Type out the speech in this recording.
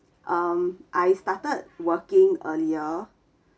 um I started working earlier